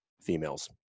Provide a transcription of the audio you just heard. females